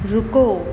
रुको